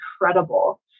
incredible